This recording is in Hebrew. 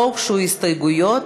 לא הוגשו הסתייגויות,